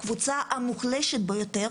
הקבוצה המוחלשת ביותר